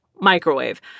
microwave